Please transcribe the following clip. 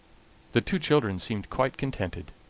the two children seemed quite contented,